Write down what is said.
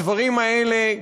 הדברים האלה,